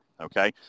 Okay